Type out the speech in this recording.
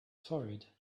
forehead